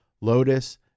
Lotus